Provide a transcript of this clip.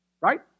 Right